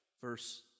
verse